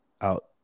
out